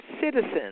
citizens